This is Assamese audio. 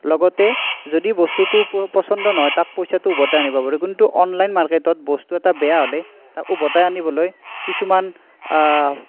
লগতে যদি বস্তুটো পছন্দ নহয় তাক পইচাটো উভতাই আনিব পাৰোঁ যোনটো অনলাইন মাৰ্কেটত বস্তু এটা বেয়া হ'লে তাক উভতাই আনিবলৈ কিছুমান